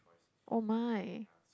oh my